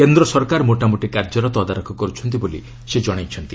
କେନ୍ଦ୍ର ସରକାର ମୋଟାମୋଟି କାର୍ଯ୍ୟର ତଦାରଖ କରୁଛନ୍ତି ବୋଲି ସେ ଜଣାଇଛନ୍ତି